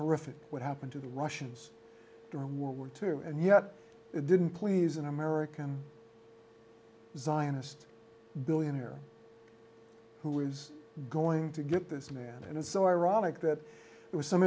horrific what happened to the russians during world war two and yet it didn't please an american zionist billionaire who is going to get this man and it's so ironic that it was some